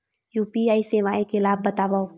UPI सेवाएं के लाभ बतावव?